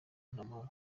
ntamuhanga